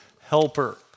helper